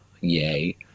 yay